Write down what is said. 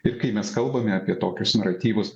ir kai mes kalbame apie tokius naratyvus